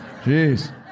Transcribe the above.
Jeez